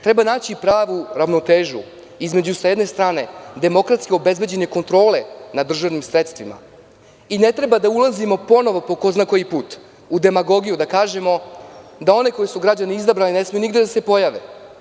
Treba naći pravu ravnotežu između, s jedne strane, demokratski obezbeđene kontrole nad državnim sredstvima i ne treba da ulazimo ponovo po ko zna koji put u demagogiju da kažemo da one koje su građani izabrali ne smeju nigde da se pojave.